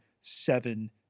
seven